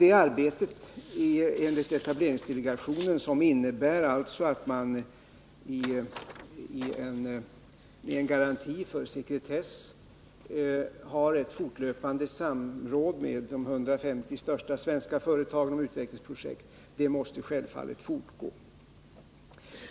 Detta arbete, som består i att man under sekretessgaranti med de 150 största svenska företagen har ett fortlöpande samråd om utvecklingsprojekt, måste självfallet fortgå.